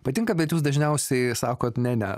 patinka bet jūs dažniausiai sakot ne ne